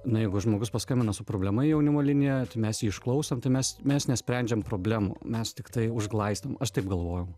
nu jeigu žmogus paskambina su problema jaunimo linija tai mes išklausom tai mes mes nesprendžiam problemų mes tiktai užglaistom aš taip galvojau